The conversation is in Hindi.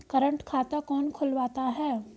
करंट खाता कौन खुलवाता है?